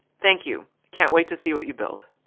thank you. can't wait to see what you build.